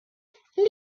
discussions